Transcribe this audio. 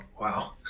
Wow